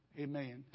Amen